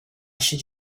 should